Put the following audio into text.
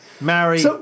marry